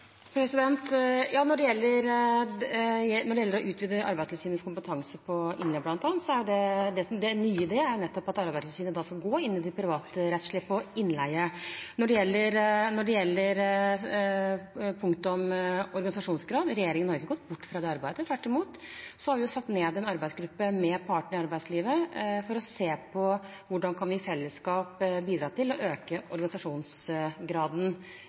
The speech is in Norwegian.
Når det gjelder å utvide Arbeidstilsynets kompetanse på innleie, bl.a., er jo det nye i det nettopp at Arbeidstilsynet skal gå inn i det privatrettslige på innleie. Når det gjelder punktet om organisasjonsgrad, har regjeringen ikke gått bort fra det arbeidet. Tvert imot har vi satt ned en arbeidsgruppe med partene i arbeidslivet for å se på hvordan vi i fellesskap kan bidra til å øke organisasjonsgraden